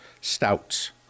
stouts